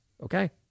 okay